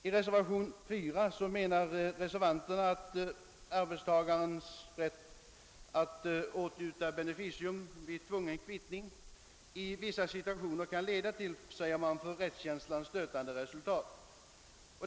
I reservation nr 4 menar reservanterna att arbetstagarens rätt att åtnjuta beneficium vid tvungen kvittning i vissa situationer kan leda till för rättskänslan stötande resultat.